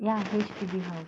ya H_D_B house